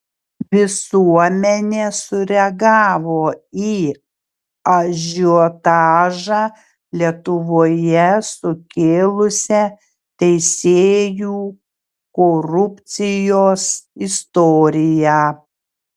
visuomenė sureagavo į ažiotažą lietuvoje sukėlusią teisėjų korupcijos istoriją